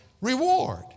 reward